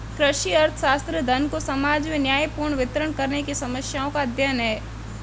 कृषि अर्थशास्त्र, धन को समाज में न्यायपूर्ण वितरण करने की समस्याओं का अध्ययन है